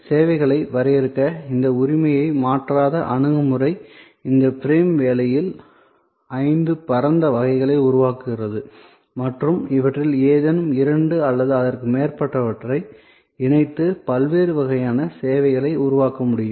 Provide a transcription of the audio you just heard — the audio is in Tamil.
சேவைகளை வரையறுக்க இந்த உரிமையை மாற்றாத அணுகுமுறை இந்த ஃபிரேம் வேலையில் ஐந்து பரந்த வகைகளை உருவாக்குகிறது மற்றும் இவற்றில் ஏதேனும் இரண்டு அல்லது அதற்கு மேற்பட்டவற்றை இணைத்து பல்வேறு வகையான சேவைகளை உருவாக்க முடியும்